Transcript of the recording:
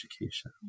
education